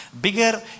bigger